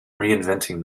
reinventing